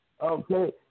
Okay